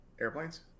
airplanes